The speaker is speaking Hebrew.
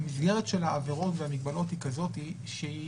המסגרת של העבירות והמגבלות היא כזאת שהיא